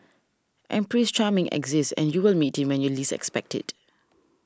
and Prince Charming exists and you will meet him when you least expect it